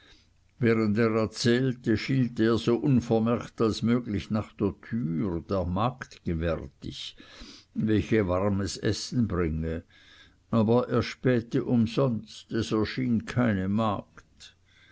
während er erzählte schielte er so unvermerkt als möglich nach der türe der magd gewärtig welche warmes essen bringe aber er spähte umsonst es erschien keine magd